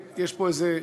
נא לקרוא לו.